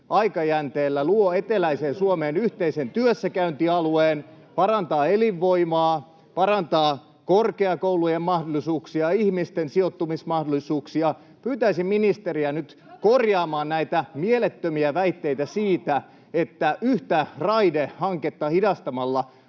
aikajänteellä luo eteläiseen Suomeen yhteisen työssäkäyntialueen, [Välihuutoja — Hälinää] parantaa elinvoimaa, parantaa korkeakoulujen mahdollisuuksia, ihmisten sijoittumismahdollisuuksia. Pyytäisin ministeriä nyt korjaamaan näitä mielettömiä väitteitä siitä, että yhtä raidehanketta hidastamalla